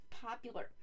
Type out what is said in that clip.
popular